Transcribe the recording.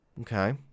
Okay